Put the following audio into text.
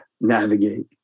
navigate